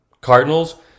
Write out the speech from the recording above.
Cardinals